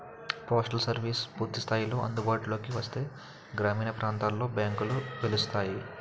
postal services పూర్తి స్థాయిలో అందుబాటులోకి వస్తే గ్రామీణ ప్రాంతాలలో బ్యాంకులు వెలుస్తాయి